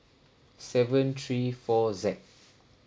seven three four Z